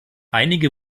einige